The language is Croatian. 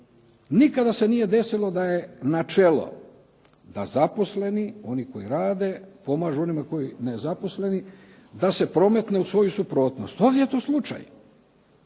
Nikada se nije desilo da je načelo da zaposleni, oni koji rade pomažu onima koji su nezaposleni, da se prometne u svoju suprotnost. Ovdje je to slučaj.